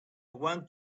want